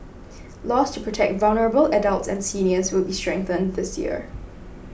laws to protect vulnerable adults and seniors will be strengthened this year